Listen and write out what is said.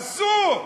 אסור.